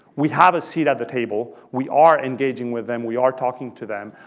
we have a seat at the table. we are engaging with them, we are talking to them,